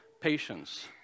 patience